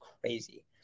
crazy